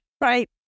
right